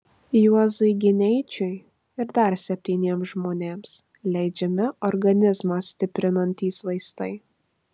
juozui gineičiui ir dar septyniems žmonėms leidžiami organizmą stiprinantys vaistai